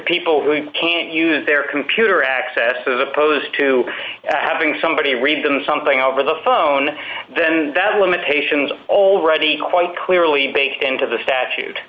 people who can't use their computer access is opposed to having somebody read them something over the phone then that limitations are already quite clearly baked into the statute